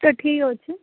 ତ ଠିକ୍ ଅଛି